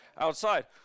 outside